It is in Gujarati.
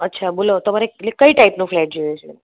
અચ્છા બોલો તમારે કઈ ટાઈપનો ફ્લેટ જોઈએ છે